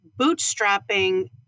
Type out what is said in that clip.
bootstrapping